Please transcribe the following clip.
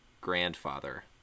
grandfather